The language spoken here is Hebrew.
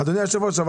אדוני היושב-ראש,